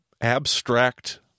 abstract